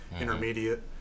intermediate